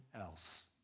else